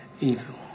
evil